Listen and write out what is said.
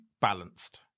balanced